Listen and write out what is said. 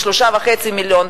ל-3.5 מיליון,